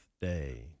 Day